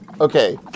Okay